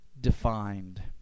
defined